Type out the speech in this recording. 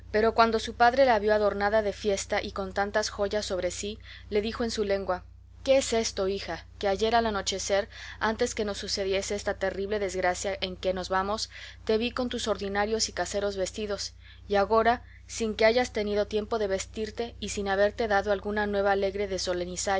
cuando su padre la vio adornada de fiesta y con tantas joyas sobre sí le dijo en su lengua qué es esto hija que ayer al anochecer antes que nos sucediese esta terrible desgracia en que nos vemos te vi con tus ordinarios y caseros vestidos y agora sin que hayas tenido tiempo de vestirte y sin haberte dado alguna nueva alegre de